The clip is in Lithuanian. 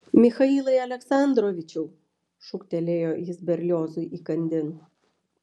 michailai aleksandrovičiau šūktelėjo jis berliozui įkandin